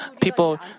people